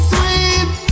Sweet